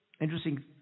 Interesting